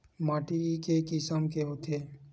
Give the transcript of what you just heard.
माटी के किसम के होथे?